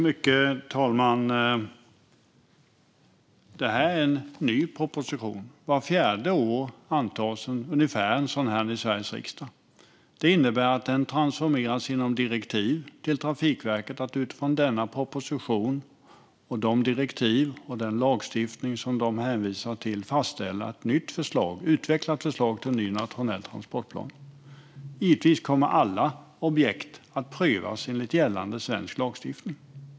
Herr talman! Det här är en ny proposition. Vart fjärde år antas ungefär en sådan här i svensk riksdag. Det innebär att den transformeras genom direktiv till Trafikverket, utifrån den proposition, de direktiv och den lagstiftning som de hänvisar till, att utveckla ett förslag till ny nationell transportplan. Givetvis kommer alla objekt att prövas enligt gällande svensk lagstiftning.